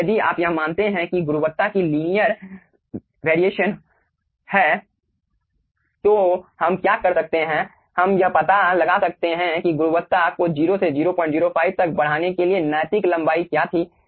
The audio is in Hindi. अब यदि आप यह मानते हैं कि गुणवत्ता की लीनियर वेरिएशन है तो हम क्या कर सकते हैं हम यह पता लगा सकते हैं कि गुणवत्ता को 0 से 005 तक बढ़ाने के लिए नैतिक लंबाई क्या थी